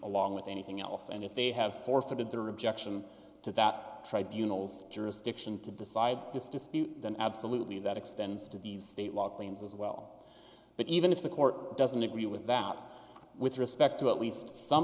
along with anything else and if they have four for that there are objection to that tribunals jurisdiction to decide this dispute then absolutely that extends to these state law claims as well but even if the court doesn't agree with that with respect to at least some